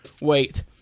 Wait